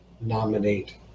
nominate